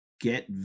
get